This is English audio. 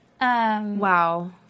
Wow